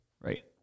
Right